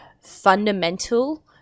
fundamental